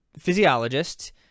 physiologist